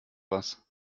was